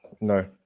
No